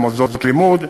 אל מוסדות לימוד,